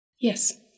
Yes